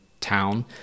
town